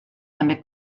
també